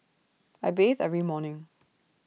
I bathe every morning